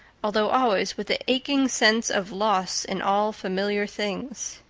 although always with the aching sense of loss in all familiar things.